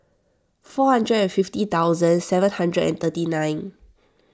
four hundred and fifty thousand seven hundred and thirty nine